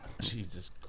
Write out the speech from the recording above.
Jesus